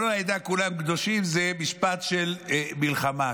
כל העדה, כולם קדושים, זה משפט של מלחמה.